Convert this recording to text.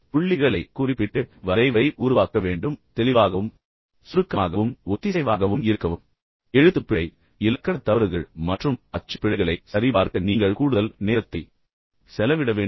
நீங்கள் புள்ளிகளைக் குறிப்பிட வேண்டும் நீங்கள் ஒரு வரைவை உருவாக்க வேண்டும் நீங்கள் தெளிவாகவும் சுருக்கமாகவும் ஒத்திசைவாகவும் இருக்க வேண்டும் எழுத்துப்பிழை இலக்கண தவறுகள் மற்றும் அச்சுப் பிழைகளைச் சரிபார்க்க நீங்கள் கூடுதல் நேரத்தை செலவிட வேண்டும்